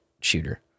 shooter